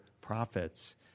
profits